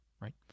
right